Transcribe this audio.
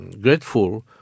grateful